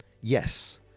Yes